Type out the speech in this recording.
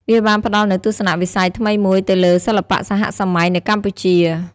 វាបានផ្តល់នូវទស្សនៈវិស័យថ្មីមួយទៅលើសិល្បៈសហសម័យនៅកម្ពុជា។